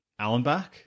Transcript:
Allenbach